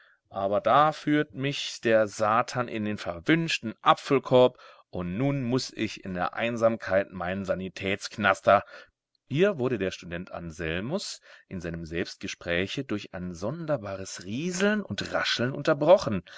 aber da führt mich der satan in den verwünschten apfelkorb und nun muß ich in der einsamkeit meinen sanitätsknaster hier wurde der student anselmus in seinem selbstgespräche durch ein sonderbares rieseln und rascheln unterbrochen